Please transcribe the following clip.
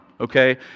okay